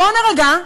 בואו נירגע.